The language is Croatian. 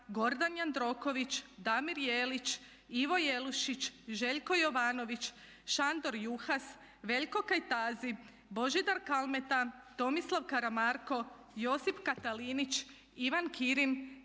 Gordan Jandroković, Damir Jelić, Ivo Jelušić, Željko Jovanović, Šandor Juhas, Veljko Kajtazi, Božidar Kalmeta, Tomislav Karamarko, Josip Katalinić, Ivan Kirin,